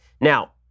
Now